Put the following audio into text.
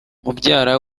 mubyara